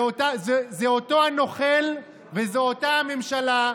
זה אותו הנוכל וזו אותה הממשלה,